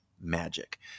magic